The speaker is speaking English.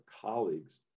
colleagues